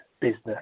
business